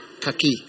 Kaki